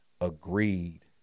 agreed